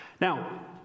Now